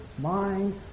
mind